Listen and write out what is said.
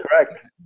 correct